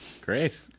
great